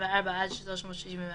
364 עד 371,